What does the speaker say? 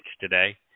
today